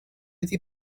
iddi